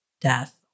death